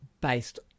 based